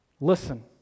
Listen